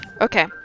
Okay